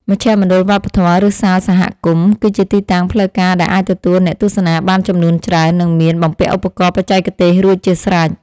មជ្ឈមណ្ឌលវប្បធម៌ ឬសាលសហគមន៍ គឺជាទីតាំងផ្លូវការដែលអាចទទួលអ្នកទស្សនាបានចំនួនច្រើន និងមានបំពាក់ឧបករណ៍បច្ចេកទេសរួចជាស្រេច។